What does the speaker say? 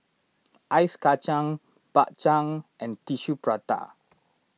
Ice Kacang Bak Chang and Tissue Prata